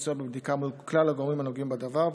מצויה בבדיקה מול כלל הגורמים הנוגעים בדבר,